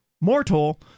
mortal